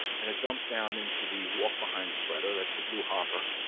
and it dumps down into the walk-behind spreader. that's the blue hopper.